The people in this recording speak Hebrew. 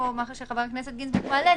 מה שחבר הכנסת גינזבורג מעלה,